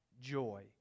joy